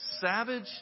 savage